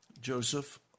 Joseph